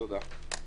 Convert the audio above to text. תודה.